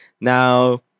now